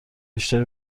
بیشتری